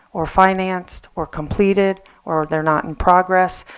or financed, or completed, or they're not in progress,